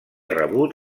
rebut